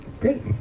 great